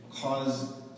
cause